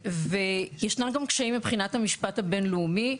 וישנם גם קשיים מבחינת המשפט הבין-לאומי.